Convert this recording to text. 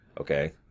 okay